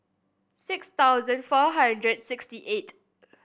six thousand four hundred sixty eight